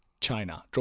China